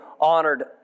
honored